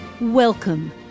Welcome